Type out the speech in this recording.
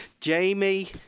Jamie